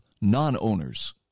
non-owners